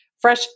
Fresh